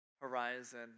horizon